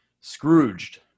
Scrooged